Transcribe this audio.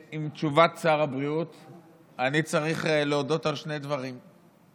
עם הצבעות שמיות לכל הצבעה וננצל את מלוא זכות הדיבור שלנו עד